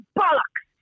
bollocks